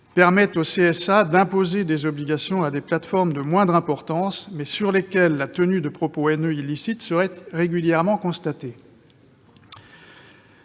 permet au CSA d'imposer des obligations à des plateformes de moindre importance, mais sur lesquelles la tenue de propos haineux illicites serait régulièrement constatée.